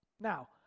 Now